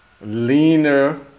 leaner